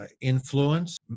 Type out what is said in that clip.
influence